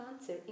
answer